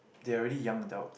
they are already young adult